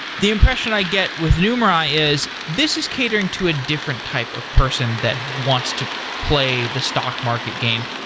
the impression i get with numerai is this is catering to a different type of person that wants to play the stock market game.